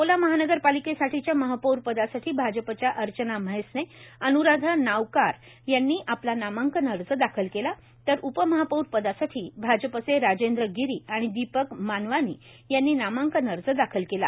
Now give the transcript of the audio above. अकोला महानगरपालिकेसाठीच्या महापौर पदासाठी भाजपच्या अर्चना म्हैसने अनुराधा नावकार यांनी आपला नामांकन अर्ज दाखल केला तर उपमहापौर पदासाठी भाजपचे राजेंद्र गिरी आणि दीपक मानवानी यांनी दाखल नामांकन अर्ज दाखल केला